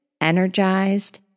energized